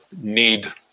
need